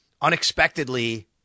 unexpectedly